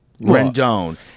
rendon